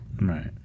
Right